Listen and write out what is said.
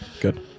Good